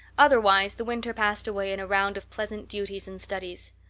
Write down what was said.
otherwise the winter passed away in a round of pleasant duties and studies.